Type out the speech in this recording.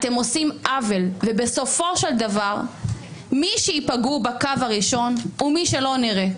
אתם עושים עוול ובסופו של דבר מי שייפגעו בקו הראשון הוא מי שלא נראה.